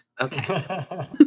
Okay